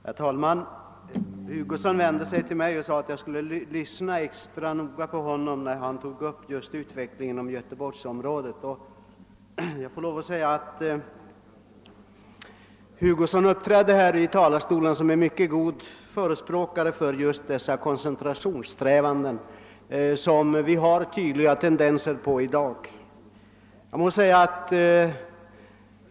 Herr talman! Herr Hugosson vände sig till. mig och sade att jag skulle lyssna extra noga när han tog upp just frågan om utvecklingen i Göteborgsområdet. Och jag får lov att säga att herr Hugosson här i talarstolen uppträdde som en.mycket god förespråkare för de koncentrationssträvanden som vi har tydliga tendenser. till. i dag.